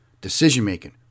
decision-making